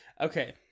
Okay